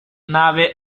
nave